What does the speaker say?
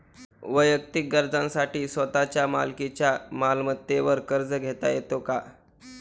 वैयक्तिक गरजांसाठी स्वतःच्या मालकीच्या मालमत्तेवर कर्ज घेता येतो का?